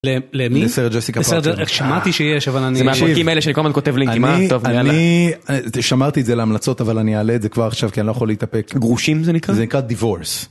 ל... למי? לשרה ג'סיקה פארקר. לשרה ג'סיקה פארקר. שמעתי שיש, אבל אני... תקשיב. זה מהפרקים האלה שאני כל הזמן כותב לינקים. אני, אני, שמרתי את זה להמלצות, אבל אני אעלה את זה כבר עכשיו כי אני לא יכול להתאפק. גרושים זה נקרא? זה נקרא divorce.